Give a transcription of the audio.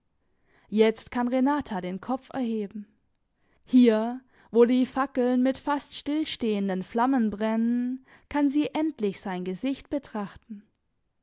jetzt kann renata den kopf erheben hier wo die fackeln mit fast stillstehenden flammen brennen kann sie endlich sein gesicht betrachten